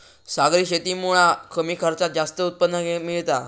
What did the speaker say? सागरी शेतीमुळा कमी खर्चात जास्त उत्पन्न मिळता